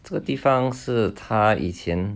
这个地方是他以前